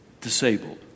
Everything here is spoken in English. disabled